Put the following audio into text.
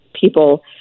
people